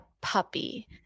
puppy